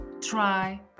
try